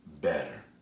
better